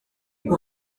kuko